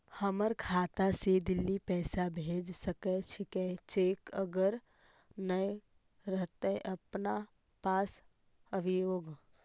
हमर खाता से दिल्ली पैसा भेज सकै छियै चेक अगर नय रहतै अपना पास अभियोग?